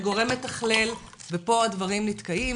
אין גורם מתכלל, ופה הדברים נתקעים.